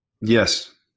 Yes